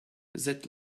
that